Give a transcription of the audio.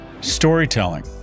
storytelling